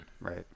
right